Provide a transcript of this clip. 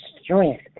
strength